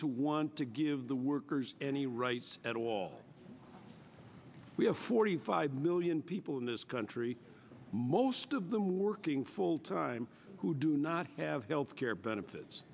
to want to give the workers any rights at all we have forty five million people in this country most of them working full time who do not have health care benefits